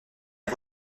est